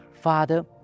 Father